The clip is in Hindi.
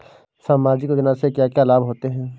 सामाजिक योजना से क्या क्या लाभ होते हैं?